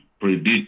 predict